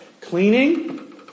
Cleaning